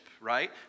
right